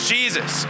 Jesus